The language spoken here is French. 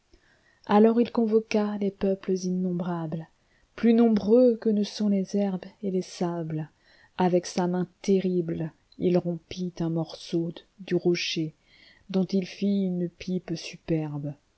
alors il convoqua les peuples innombrables plus nombreux que ne sont les herbes et les sables avec sa main terrible il rompit un morceau du rocher dont il ui une pipe superbe